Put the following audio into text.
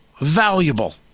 valuable